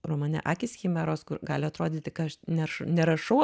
romane akys chimeros kur gali atrodyti kad aš ne nerašau